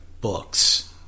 books